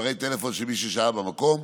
מספרי טלפון של מי ששהה במקום,